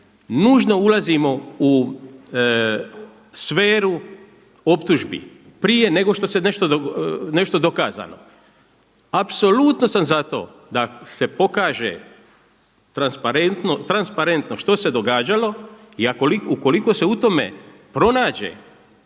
nužno ulazimo u sferu optužbi prije nego što je nešto dokazano. Apsolutno sam za to da se pokaže transparentno što se događalo i ukoliko se u tome pronađe